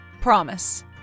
Promise